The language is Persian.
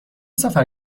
سفر